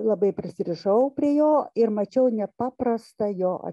labai prisirišau prie jo ir mačiau nepaprastą jo